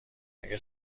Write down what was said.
اگر